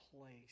place